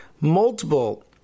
multiple